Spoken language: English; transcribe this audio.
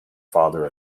father